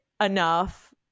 enough